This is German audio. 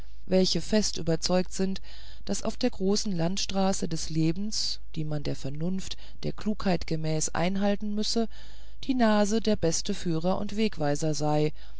welche fest überzeugt sind daß auf der großen landstraße des lebens die man der vernunft der klugheit gemäß einhalten müsse die nase der beste führer und wegweiser sei